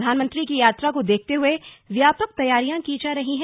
प्रधानमंत्री की यात्रा को देखते हुए व्यापक तैयारियां की जा रही हैं